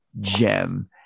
gem